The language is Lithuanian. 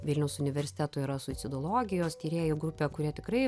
vilniaus universiteto yra suicidologijos tyrėjų grupė kurie tikrai